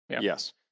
Yes